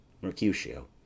Mercutio